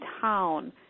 town